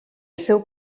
seu